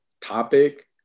topic